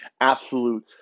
absolute